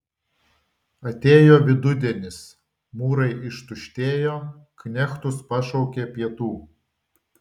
atėjo vidudienis mūrai ištuštėjo knechtus pašaukė pietų